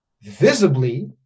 visibly